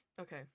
Okay